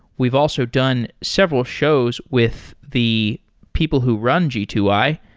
we've also done several shows with the people who run g two i,